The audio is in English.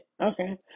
Okay